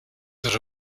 that